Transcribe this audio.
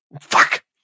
Fuck